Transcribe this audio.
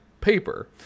paper